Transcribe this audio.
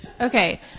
Okay